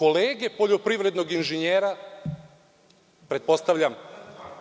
kolege poljoprivrednog inženjera,